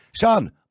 Sean